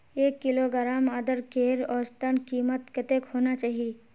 एक किलोग्राम अदरकेर औसतन कीमत कतेक होना चही?